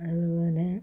അതുപോലെ